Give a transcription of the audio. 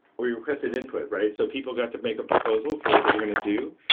we requested input, right? so people got to make a proposal for what they were going to do.